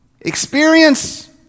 experience